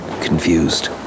confused